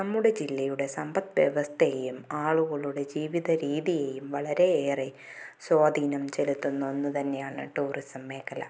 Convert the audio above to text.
നമ്മുടെ ജില്ലയുടെ സമ്പദ് വ്യവസ്ഥയെയും ആളുകളുടെ ജീവിതരീതിയെയും വളരെയേറെ സ്വാധീനം ചെലുത്തുന്ന ഒന്ന് തന്നെയാണ് ടൂറിസം മേഖല